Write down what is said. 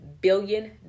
billion